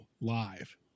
live